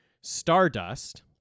Stardust